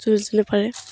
যোনে যোনো পাৰে